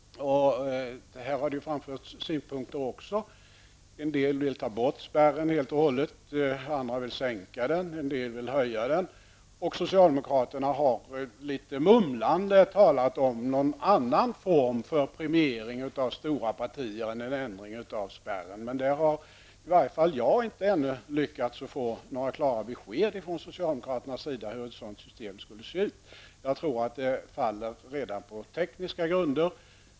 Det har framförts synpunkter även på detta. En del vill ta bort spärren helt och hållet. Andra vill sänka den, och andra återigen vill höja den. Socialdemokraterna har litet mumlande talat om någon annan form för premiering av stora partier än en ändring av spärren. Jag har ännu inte lyckats få några klara besked från socialdemokraternas sida om hur ett sådant system skulle se ut. Jag tror att det förslaget faller redan på tekniska grunder.